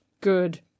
good